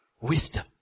wisdom